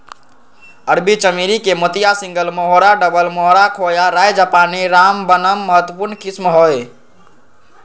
अरबी चमेली के मोतिया, सिंगल मोहोरा, डबल मोहोरा, खोया, राय जापानी, रामबनम महत्वपूर्ण किस्म हइ